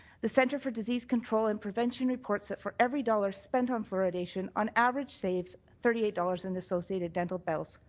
the centre for disease control and prevention reports that for every dollar spent on fluoridation, on average saves thirty eight dollars in associated dental bills.